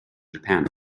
japan